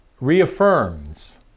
reaffirms